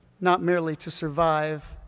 not merely to survive,